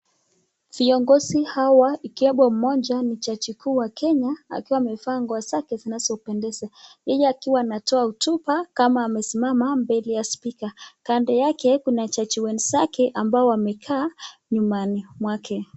Viongozi hawa ikiwemo moja ni jaji kuu wa Kenya akiwa amevaa nguo zake zinazopendeza. Yeye akiwa anatoa hotuba kama amesimama mbele ya spika. Kando yake kuna jaji wenzake ambao wamekaa nyumani mwake.